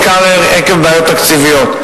בעיקר עקב בעיות תקציביות.